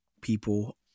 people